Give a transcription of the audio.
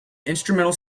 instrumental